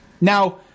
Now